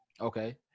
Okay